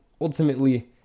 ultimately